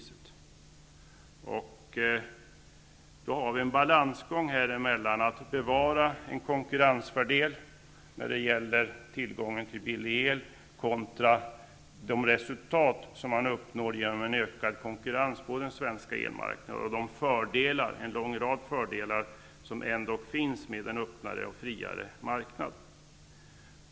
Det blir då fråga om en balansgång mellan att bevara en konkurrensfördel när det gäller tillgången till billig el kontra de resultat som uppnås genom en ökad konkurrens på den svenska elmarknaden och de många fördelar som ändå finns med en öppnare och friare marknad.